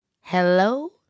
Hello